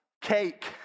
Cake